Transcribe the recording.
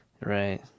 Right